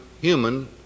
human